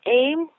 aim